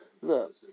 Look